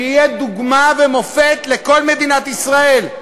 שיהיה דוגמה ומופת לכל מדינת ישראל.